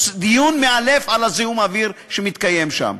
דיון מאלף על זיהום האוויר שמתקיים שם,